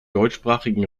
deutschsprachigen